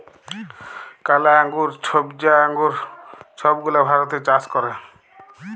কালা আঙ্গুর, ছইবজা আঙ্গুর ছব গুলা ভারতে চাষ ক্যরে